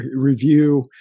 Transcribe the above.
review